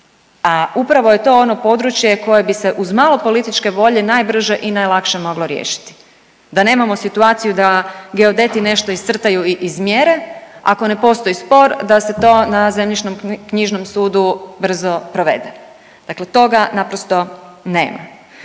A upravo je to ono područje koje bi se uz malo političke volje najbrže i najlakše moglo riješiti, da nemamo situaciju da geodeti nešto iscrtaju i izmjere, ako ne postoji spor da se to na zemljišno-knjižnom sudu brzo provede. Dakle, toga naprosto nema.